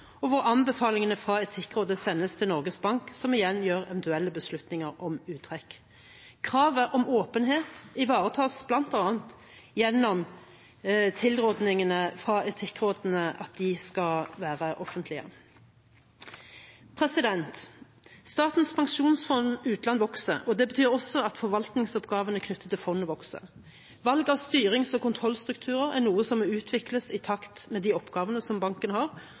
og hvor anbefalingene fra Etikkrådet sendes til Norges Bank, som igjen gjør eventuelle beslutninger om uttrekk. Kravet om åpenhet ivaretas bl.a. gjennom at tilrådningene fra Etikkrådet skal være offentlige. Statens pensjonsfond utland vokser, og det betyr også at forvaltningsoppgavene knyttet til fondet vokser. Valg av styrings- og kontrollstruktur er noe som må utvikles i takt med de oppgavene som banken har,